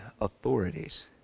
authorities